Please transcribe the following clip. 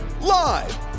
Live